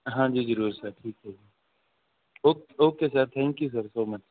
ਹਾਂਜੀ ਜ਼ਰੂਰ ਸਰ ਠੀਕ ਹੈ okay okay sir thank you sir so much